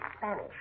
Spanish